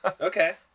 Okay